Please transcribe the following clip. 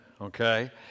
okay